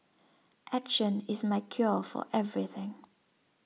action is my cure for everything